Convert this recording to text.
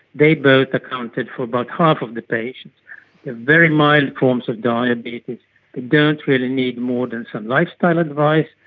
they both accounted for about half of the patients, with very mild forms of diabetes that don't really need more than some lifestyle advice,